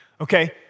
Okay